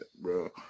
bro